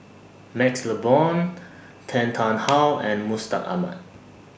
MaxLe Blond Tan Tarn How and Mustaq Ahmad